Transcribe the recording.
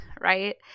right